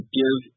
give